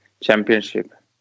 championship